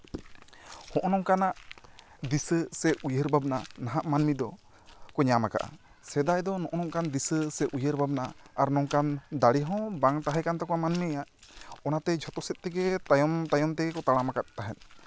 ᱦᱚᱸ ᱱᱚᱝᱠᱟᱱᱟᱜ ᱫᱤᱥᱟᱹ ᱥᱮ ᱩᱭᱦᱟᱹᱨ ᱵᱷᱟᱵᱱᱟ ᱱᱟᱦᱟᱜ ᱢᱟᱱᱢᱤ ᱫᱚᱠᱚ ᱧᱟᱢ ᱠᱟᱜᱼᱟ ᱥᱮᱫᱟᱭ ᱫᱚ ᱱᱚᱜᱼᱚ ᱱᱚᱝᱠᱟᱱ ᱫᱤᱥᱟᱹ ᱥᱮ ᱩᱭᱦᱟᱹᱨ ᱵᱷᱟᱵᱽᱱᱟ ᱟᱨ ᱱᱚᱝᱠᱟᱱ ᱫᱟᱲᱮ ᱦᱚᱸ ᱵᱟᱝ ᱛᱟᱦᱮᱸ ᱠᱟᱱ ᱛᱟᱠᱚᱣᱟ ᱢᱟᱱᱢᱤᱭᱟᱜ ᱚᱱᱟᱛᱮ ᱡᱷᱚᱛᱚ ᱥᱮᱫ ᱛᱮᱜᱮ ᱛᱟᱭᱚᱢ ᱛᱟᱭᱚᱢ ᱛᱮᱜᱮ ᱛᱟᱲᱟᱢ ᱟᱠᱟᱫ ᱛᱟᱦᱮᱸ